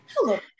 Hello